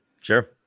Sure